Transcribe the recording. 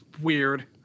weird